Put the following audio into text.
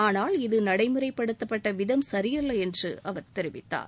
ஆனால் இது நடைமுறைப்படுத்தப்பட்டவிதம் சரியல்ல என்று அவர் தெரிவித்தார்